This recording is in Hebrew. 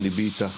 ליבי איתך